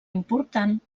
important